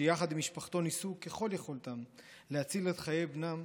שיחד עם משפחתו ניסו ככל יכולתם להציל את חיי בנם,